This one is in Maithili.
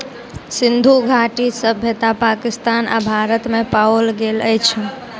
सिंधु घाटी सभ्यता पाकिस्तान आ भारत में पाओल गेल अछि